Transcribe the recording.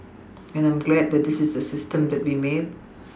and I'm glad that this is the system that we made